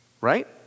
right